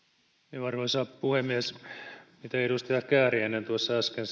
arvoisa puhemies kaikki tuo mitä edustaja kääriäinen äsken